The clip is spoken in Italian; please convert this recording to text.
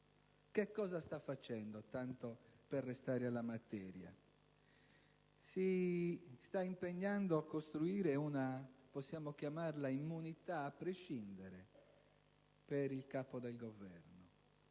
Che cosa sta facendo, tanto per restare alla materia? Si sta impegnando a costruire - possiamo chiamarla in tal modo - una «immunità a prescindere» per il Capo del Governo.